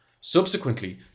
Subsequently